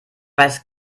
weiß